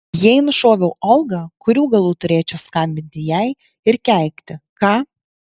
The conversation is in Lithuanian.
jei nušoviau olgą kurių galų turėčiau skambinti jai ir keikti ką